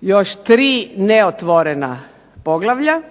još 3 neotvorena poglavlja.